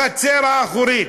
החצר האחורית,